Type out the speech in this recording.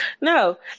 No